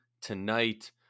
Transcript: Tonight